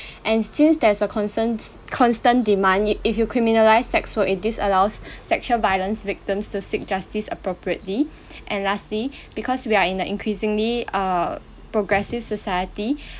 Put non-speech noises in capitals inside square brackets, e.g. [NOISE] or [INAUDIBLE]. and since there's a cons~ ant constant demand you if you criminalise sex work it disallows [BREATH] sexual violence victims to seek justice appropriately and lastly [BREATH] because we are in the increasingly uh progressive society [BREATH]